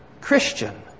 Christian